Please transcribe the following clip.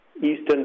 Eastern